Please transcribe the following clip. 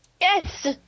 Yes